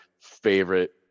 favorite